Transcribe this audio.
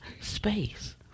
space